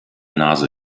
nase